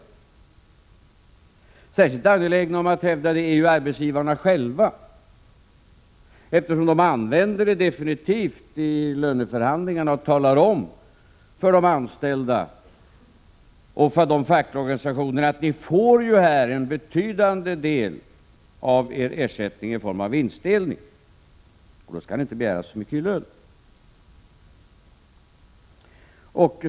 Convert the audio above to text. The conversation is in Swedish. Arbetsgivarna själva är särskilt angelägna om att hävda detta, eftersom de använder det som ett argument i löneförhandlingarna. De talar då om för de anställda och för de fackliga organisationerna att en betydande del av ersättningen utgår i form av vinstandelar, och då skall man inte begära så mycket lön.